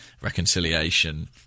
reconciliation